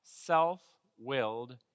self-willed